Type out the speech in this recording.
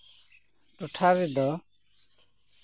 ᱴᱚᱴᱷᱟ ᱨᱮᱫᱚ